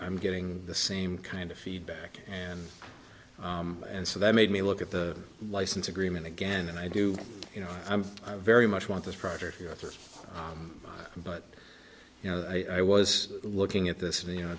i'm getting the same kind of feedback and and so that made me look at the license agreement again and i do you know i'm very much want this project here with us but you know i was looking at this and you know